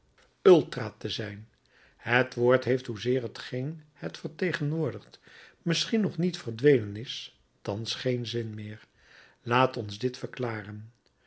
ultra te zijn het woord heeft hoezeer hetgeen het vertegenwoordigt misschien nog niet verdwenen is thans geen zin meer laat ons dit verklaren